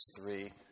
three